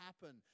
happen